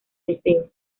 deseo